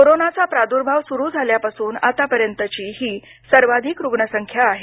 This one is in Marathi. कोरोनाचा प्रादुर्भाव सुरू झाल्यापासून आतापर्यंतची ही सर्वाधिक रुग्णसंख्या आहे